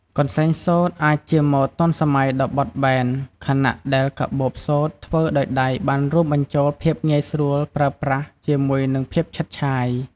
កន្សែងសូត្រអាចជាម៉ូដទាន់សម័យដ៏បត់បែន ខណៈដែលកាបូបសូត្រធ្វើដោយដៃបានរួមបញ្ចូលភាពងាយស្រួលប្រើប្រាស់ជាមួយនឹងភាពឆើតឆាយ។